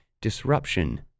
disruption